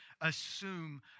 assume